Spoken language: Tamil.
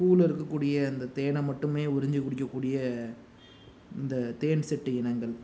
பூவில் இருக்கக்கூடிய அந்த தேனை மட்டுமே உறிஞ்சு குடிக்கக்கூடிய அந்த தேன்சிட்டு இனங்கள்